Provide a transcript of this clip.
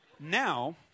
Now